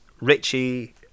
Richie